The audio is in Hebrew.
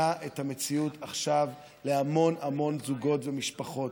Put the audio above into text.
את המציאות עכשיו להמון המון זוגות ומשפחות.